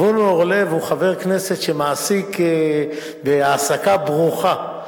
זבולון אורלב הוא חבר כנסת שמעסיק, בהעסקה ברוכה,